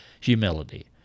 humility